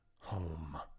home